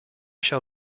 shall